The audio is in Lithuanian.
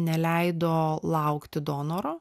neleido laukti donoro